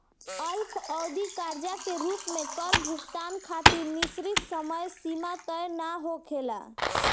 अल्पअवधि कर्जा के रूप में कर भुगतान खातिर निश्चित समय सीमा तय ना होखेला